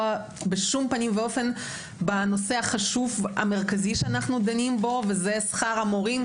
בשום פנים ואופן בנושא החשוב והמרכזי שאנו דנים בו וזה שכר המורים.